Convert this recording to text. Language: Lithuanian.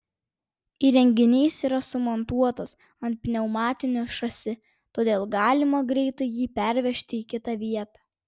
įrenginys yra sumontuotas ant pneumatinių šasi todėl galima greitai jį pervežti į kitą vietą